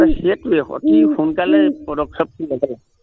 অঁ সেইটোৱে অতি সোনকালে পদক্ষেপটো লব